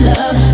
Love